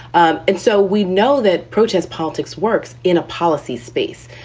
um and so we know that protest politics works in a policy space.